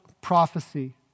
prophecy